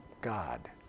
God